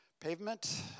pavement